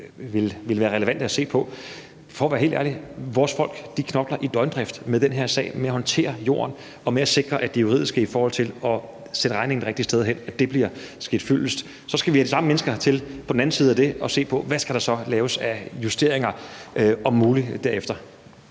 vil være relevante at se på, kan jeg ikke sige, for at være helt ærlig. Vores folk knokler i døgndrift med den her sag, med at håndtere jorden og med at sikre, at det juridiske i forhold til at sende regningen det rigtige sted hen sker fyldest, og så skal vi have de samme mennesker til på den anden side af det at se på, hvad der om muligt skal laves af justeringer derefter.